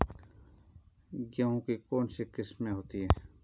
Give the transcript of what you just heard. गेहूँ की कौन कौनसी किस्में होती है?